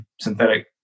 synthetic